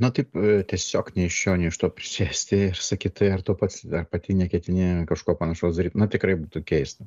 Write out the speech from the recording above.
na taip tiesiog nei iš šio nei iš to prisėsti ir sakyt tai ar tu pats ar pati neketini kažko panašaus daryt na tikrai būtų keista